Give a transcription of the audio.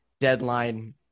deadline